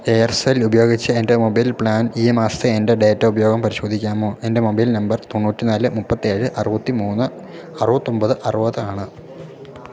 Aircel ഉപയോഗിച്ച് എൻ്റെ mobile plan ഈ മാസത്തെ എൻ്റെ ഡേറ്റ ഉപയോഗം പരിശോധിക്കാമോ എൻ്റെ മൊബൈൽ നമ്പർ തൊണ്ണൂറ്റി നാല് മുപ്പത്തിയേഴ് അറുപത്തിമൂന്ന് അറുപത്തൊമ്പത് അറുപത് ആണ്